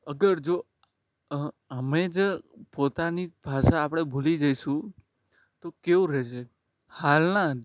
અગર જો અમે જ પોતાની જ ભાષા આપણે ભૂલી જઈશું તો કેવું રહેશે હાલના